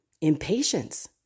impatience